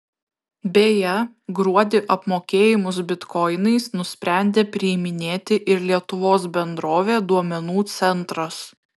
beje gruodį apmokėjimus bitkoinais nusprendė priiminėti ir lietuvos bendrovė duomenų centras